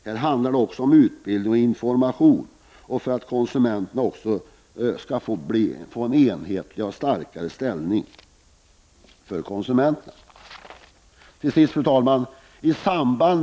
Det handlar också om utbildning och information och om att konsumenterna skall få en mera enhetlig och starkare ställning. Fru talman!